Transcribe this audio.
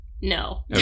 No